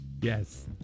Yes